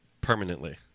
permanently